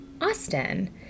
Austin